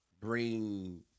bring